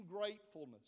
gratefulness